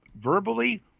verbally